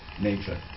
nature